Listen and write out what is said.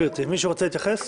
מישהו רוצה להתייחס?